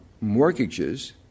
mortgages